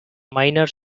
minor